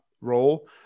role